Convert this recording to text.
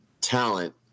talent